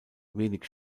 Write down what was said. wenig